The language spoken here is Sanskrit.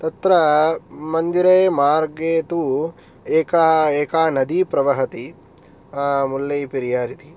तत्र मन्दिरे मार्गे तु एका एका नदी प्रवहति मुल्लैपेरियारिति